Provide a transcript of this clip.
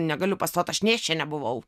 negaliu pastot aš nėščia nebuvau